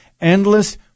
endless